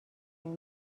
این